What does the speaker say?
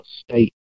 State